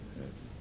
Hvala